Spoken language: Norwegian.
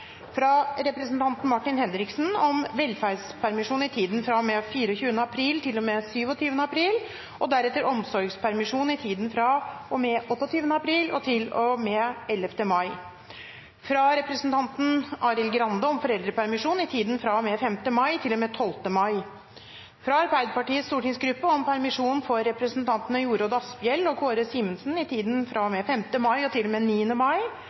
fra representanten Martin Henriksen om velferdspermisjon i tiden fra og med 24. april til og med 27. april, og deretter omsorgspermisjon i tiden fra og med 28. april til og med 11. mai fra representanten Arild Grande om foreldrepermisjon i tiden fra og med 5. mai til og med 12. mai fra Arbeiderpartiets stortingsgruppe om permisjon for representantene Jorodd Asphjell og Kåre Simensen i tiden fra og med 5. mai til og